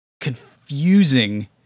confusing